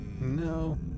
No